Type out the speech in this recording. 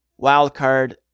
wildcard